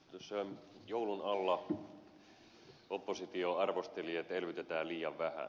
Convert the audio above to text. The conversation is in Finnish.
tuossa joulun alla oppositio arvosteli että elvytetään liian vähän